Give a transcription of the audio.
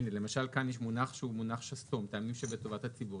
הנה למשל כאן יש מונח שהוא מונח שסתום "טעמים שהם בטובת הציבור".